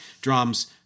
Drums